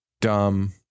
dumb